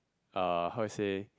uh how to say